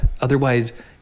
Otherwise